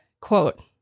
quote